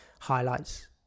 highlights